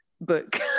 book